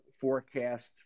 forecast